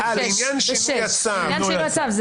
לעניין שינוי הצו.